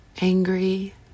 angry